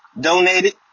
donated